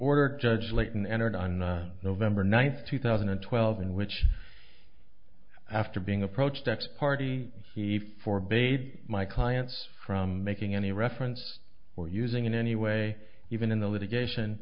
order judge layton entered on november ninth two thousand and twelve in which after being approached ex party he for bade my clients from making any reference or using in any way even in the litigation